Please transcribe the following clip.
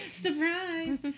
Surprise